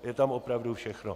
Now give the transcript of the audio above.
Je tam opravdu všechno.